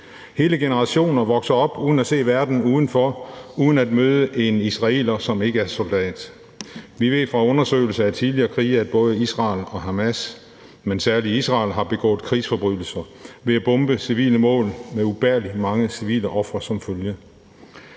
Hele generationer vokser op uden at se verden udenfor, uden at møde en israeler, som ikke er soldat. Vi ved fra undersøgelser af tidligere krige, at både Israel og Hamas, men særlig Israel, har begået krigsforbrydelser ved at bombe civile mål med ubærligt mange civile ofre som følge.